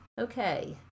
Okay